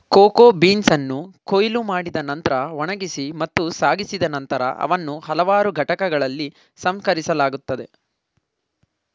cocoa ಬೀನ್ಸನ್ನು ಕೊಯ್ಲು ಮಾಡಿದ ನಂತ್ರ ಒಣಗಿಸಿ ಮತ್ತು ಸಾಗಿಸಿದ ನಂತರ ಅವನ್ನು ಹಲವಾರು ಘಟಕಗಳಲ್ಲಿ ಸಂಸ್ಕರಿಸಲಾಗುತ್ತದೆ